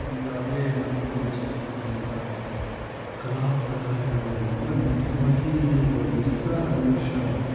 ಈಗಾಗಲೇ ನಮ್ಮ ಪ್ರದೇಶದಲ್ಲಿರ್ತಕ್ಕಂಥ ಕಲಾಪ್ರಕಾರಗಳಲ್ಲಿ ಅಂತಂದರೆ ಮುಖ್ಯವಾಗಿ ಈಗ ವಿಸ್ತಾರ್ ರಂಗ ಶಾಲೆ